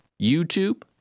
YouTube